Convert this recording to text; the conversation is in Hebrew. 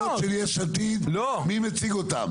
בהסתייגויות של יש עתיד, מי מציג אותן?